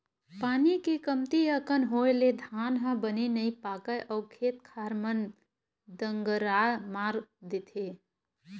पानी के कमती अकन होए ले धान ह बने नइ पाकय अउ खेत खार म दनगरा मार देथे